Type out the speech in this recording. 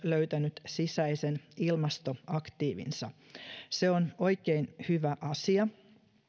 löytänyt sisäisen ilmastoaktiivinsa se on oikein hyvä asia